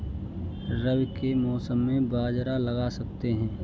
रवि के मौसम में बाजरा लगा सकते हैं?